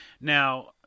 Now